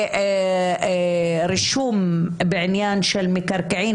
וההחלטה של רישום בעניין של מקרקעין